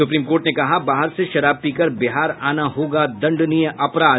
supreme court ने कहा बाहर से शराब पीकर बिहार आना होगा दंडनीय अपराध